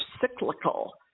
cyclical